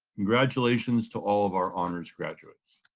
congratulations to all of our honors graduates.